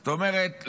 זאת אומרת,